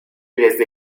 desde